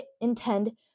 intend